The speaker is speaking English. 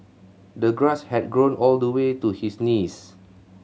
the grass had grown all the way to his knees